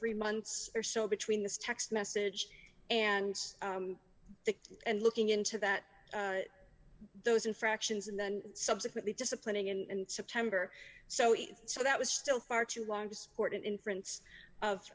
three months or so between this text message and the and looking into that those infractions and then subsequently disciplining in september so if so that was still far too long to support an inference of